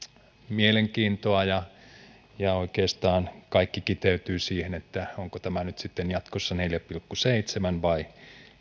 mielenkiintoa ja mihin oikeastaan kaikki kiteytyy on se onko tämä nyt sitten jatkossa neljä pilkku seitsemän vai